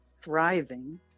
thriving